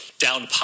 Down